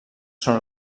són